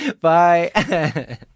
Bye